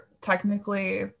technically